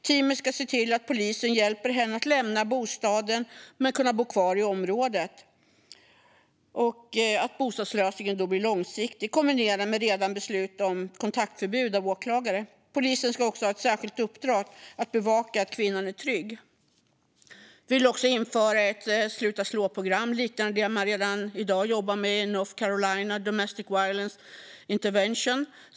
Teamet ska se till att polisen hjälper kvinnan att lämna bostaden men kunna bo kvar i området, och att bostadslösningen då blir långsiktig, kombinerat med redan beslutat kontaktförbud av åklagare. Polisen ska också ha ett särskilt uppdrag att bevaka att kvinnan är trygg. Vi vill även införa ett sluta-slå-program liknande det man redan i dag jobbar med i North Carolina, Domestic Violence Intervention.